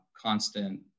constant